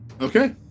Okay